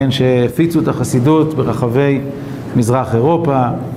שהפיצו את החסידות ברחבי מזרח אירופה